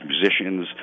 musicians